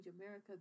America